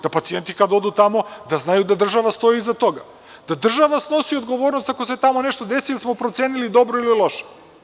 Da pacijenti kad odu tamo znaju da država stoji iza toga, da država snosi odgovornost ako se tamo nešto desi, da li smo procenili dobro ili loše.